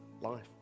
life